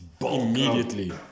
immediately